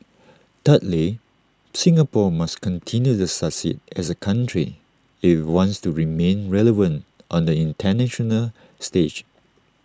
thirdly Singapore must continue to succeed as A country if IT wants to remain relevant on the International stage